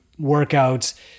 workouts